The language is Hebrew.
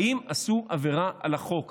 האם עשו עבירה על החוק?